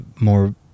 more